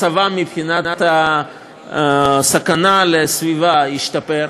מצבם מבחינת הסכנה לסביבה השתפר.